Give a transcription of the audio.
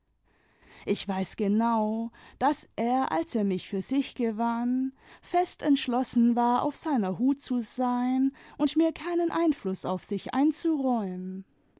ich weiß genau daß er als er mich für sich gewann fest entschlossen war auf seiner hut zu sein und mir keinen einfluß auf sich einzuräumen